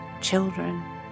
children